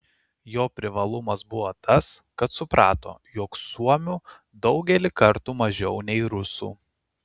jo privalumas buvo tas kad suprato jog suomių daugelį kartų mažiau nei rusų